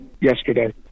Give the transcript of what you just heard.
yesterday